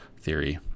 theory